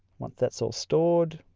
once that's all stored